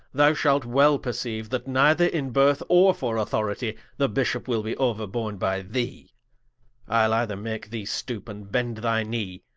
thou shalt well perceiue, that neither in birth, or for authoritie, the bishop will be ouer-borne by thee ile either make thee stoope, and bend thy knee,